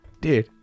Dude